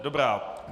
Dobrá.